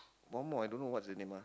one more I don't know what's the name ah